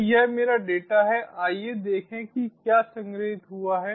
तो यह मेरा डेटा है आइए देखें कि क्या संग्रहीत हुआ है